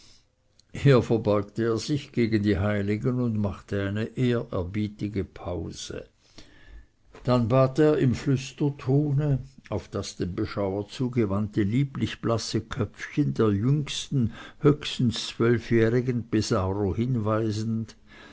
hier verbeugte er sich gegen die heiligen und machte eine ehrerbietige pause dann bat er im flüstertone auf das dem beschauer zugewandte lieblich blasse köpfchen der jüngsten höchstens zwölfjährigen pesaro hinweisend